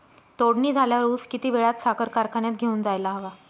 तोडणी झाल्यावर ऊस किती वेळात साखर कारखान्यात घेऊन जायला हवा?